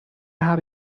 habe